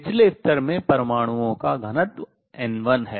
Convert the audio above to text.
निचले स्तर में परमाणुओं का घनत्व n1 है